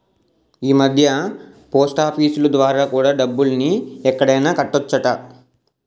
ఈమధ్య పోస్టాఫీసులు ద్వారా కూడా డబ్బుల్ని ఎక్కడైనా కట్టొచ్చట